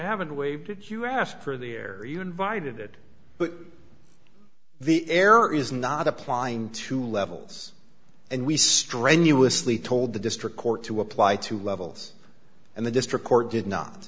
haven't waived it you ask for the air you invited but the error is not applying to levels and we strenuously told the district court to apply to levels and the district court did not